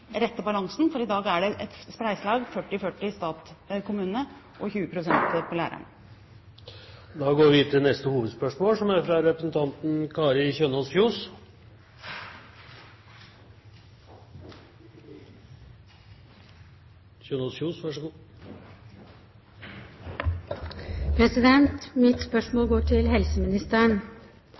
rette balansen, for i dag er det et spleiselag – 40/40 for stat/kommune og 20 pst. for læreren. Da går vi videre til neste hovedspørsmål. Mitt spørsmål går til helseministeren.